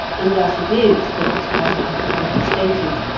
and thus it is that, as i have already stated,